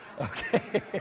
Okay